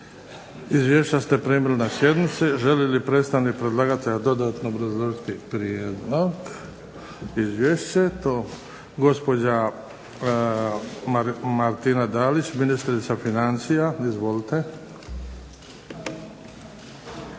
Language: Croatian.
Izvješća ste primili na sjednici. Želi li predstavnik predlagatelja dodatno obrazložiti prijedlog, izvješće? Gospođa Martina Dalić, ministrica financija. Izvolite. **Dalić,